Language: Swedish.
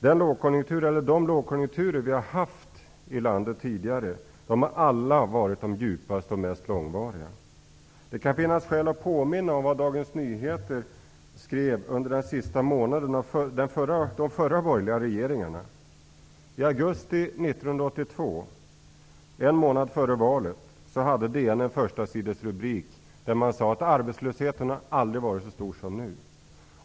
De lågkonjunkturer vi haft i landet tidigare har alla varit de djupaste och mest långvariga. Det kan finnas skäl att påminna om vad Dagens Nyheter skrev under den sista månaden av den förra perioden av borgerliga regeringar. I augusti 1982, en månad före valet, hade DN en förstasidesrubrik om att arbetslösheten aldrig har varit så stor som nu.